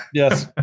yes.